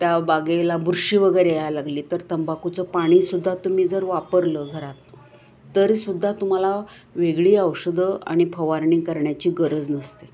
त्या बागेला बुरशी वगैरे यायला लागली तर तंबाखुचं पाणी सुद्धा तुम्ही जर वापरलं घरात तरीसुद्धा तुम्हाला वेगळी औषधं आणि फवारणी करण्याची गरज नसते